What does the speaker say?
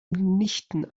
mitnichten